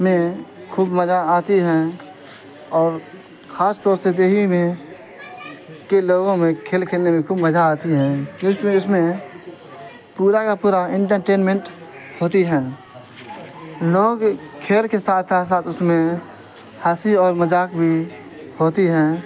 میں خوب مزہ آتی ہیں اور خاص طور سے دیہی میں کے لوگوں میں کھیل کھیلنے میں خوب مزہ آتی ہیں کیونکہ اس میں پورا کا پورا انٹرٹینمنٹ ہوتی ہیں لوگ کھیل کے ساتھ ساتھ اس میں ہنسی اور مذاق بھی ہوتی ہیں